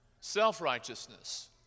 self-righteousness